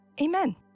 Amen